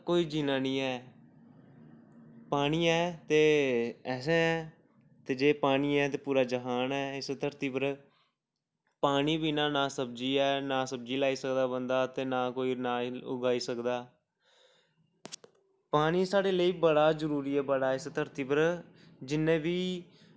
कोई जीना निं ऐ पानी है ते अस हैं ते जे पानी है ते पूरा ज्हान है इस धरती पर पानी बिना ना सब्जी ऐ ना सब्जी लाई सकदा बंदा ते ना कोई ना उगाई सकदा पानी साढ़े लेई बड़ा जरूरी ऐ बड़ा इस धरती उप्पर जिन्ने बी